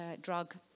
drug